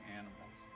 animals